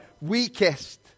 weakest